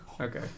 Okay